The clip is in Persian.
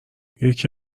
یکی